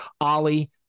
Ollie